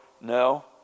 No